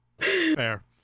Fair